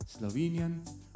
Slovenian